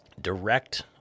direct